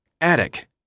Attic